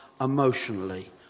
emotionally